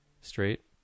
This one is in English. straight